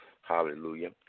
Hallelujah